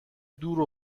دور